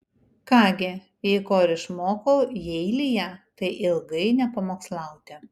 ką gi jei ko ir išmokau jeilyje tai ilgai nepamokslauti